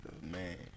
Man